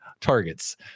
targets